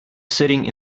sitting